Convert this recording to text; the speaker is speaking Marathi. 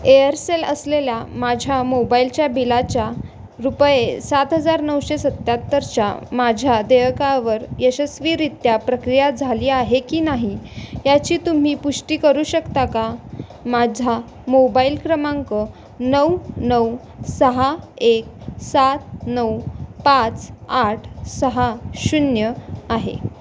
एअरसेल असलेल्या माझ्या मोबाईलच्या बिलाच्या रुपये सात हजार नऊशे सत्त्याहत्तरच्या माझ्या देयकावर यशस्वीरित्या प्रक्रिया झाली आहे की नाही याची तुम्ही पुष्टी करू शकता का माझा मोबाईल क्रमांक नऊ नऊ सहा एक सात नऊ पाच आठ सहा शून्य आहे